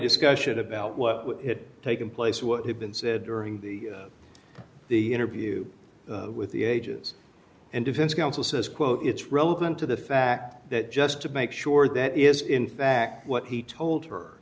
discussion about what would it take in place what had been said during the the interview with the ages and defense counsel says quote it's relevant to the fact that just to make sure that is in fact what he told her